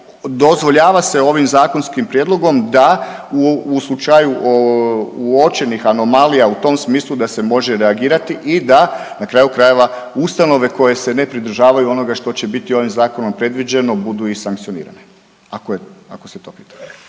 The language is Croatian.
dozvoljava se ovim zakonskim prijedlogom da u slučaju uočenih anomalija u tom smislu, da se može reagirati i da, na kraju krajeva ustanove koje se ne pridržavaju onoga što će biti ovim zakonom predviđeno, budu i sankcionirani. Ako se to